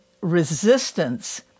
resistance